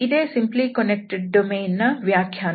ಇದೇ simply connected domain ನ ವ್ಯಾಖ್ಯಾನ